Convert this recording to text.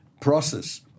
process